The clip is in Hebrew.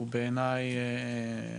הוא בעיניי